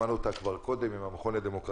שמענו אותה כבר קודם עם המכון לדמוקרטיה.